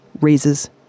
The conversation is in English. raises